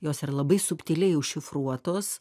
jos ir labai subtiliai užšifruotos